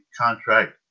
contract